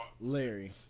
Larry